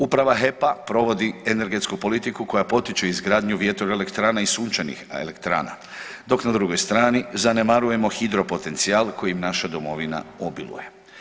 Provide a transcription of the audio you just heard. Uprava HEP-a provodi energetsku politiku koja potiče izgradnju vjetroelektrana i sunčanih elektrana dok na drugoj strani zanemarujemo hidropotencijal kojim naša domovina obiluje.